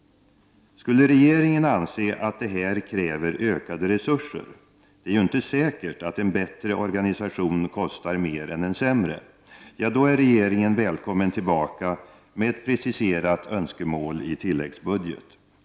Skulle regeringen anse att detta kräver ökade resurser — det är ju inte säkert att en bättre organisation kostar mer än en sämre — ja, då är regeringen välkommen tillbaka med ett preciserat önskemål i tilläggsbudget.